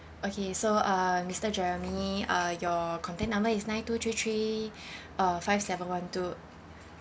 okay so uh mister jeremy uh your contact number is nine two three three uh five seven one two